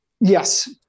Yes